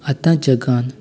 आतां जगांत